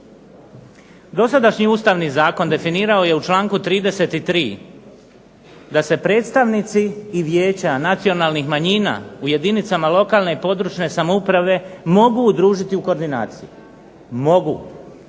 Dosadašnji Ustavni zakon definirao je u članku 33. da se predstavnici i Vijeća nacionalnih manjina u jedinicama lokalne i područne samouprave mogu udružiti u koordinaciji i